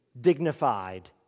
dignified